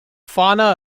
fauna